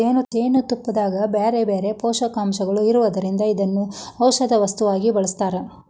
ಜೇನುತುಪ್ಪದಾಗ ಬ್ಯಾರ್ಬ್ಯಾರೇ ಪೋಷಕಾಂಶಗಳು ಇರೋದ್ರಿಂದ ಇದನ್ನ ಔಷದ ವಸ್ತುವಾಗಿ ಬಳಸ್ತಾರ